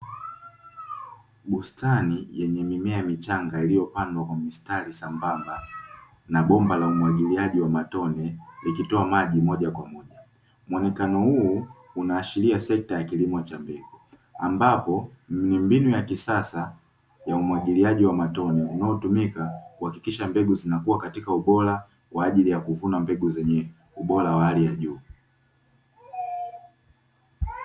Bustani yenye mimea michanga iliyopandwa kwa mistari sambamba na bomba la umwagiliaji wa matone likitoa maji moja kwa moja, mwonekano huu unaashiria sekta ya kilimo cha mbegu ambapo ni mbinu ya kisasa ya umwagiliaji wa matone, unaotumika kuhakikisha mbegu zinakuwa katika ubora kwa ajili ya kuvuna mbegu zenye ubora wa hali ya juu.